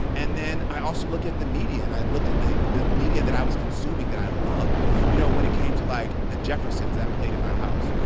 and then i also look at the media. and i'd looked at the the media that i was consuming that i loved you know, when it came to, like, the jeffersons that played in my house.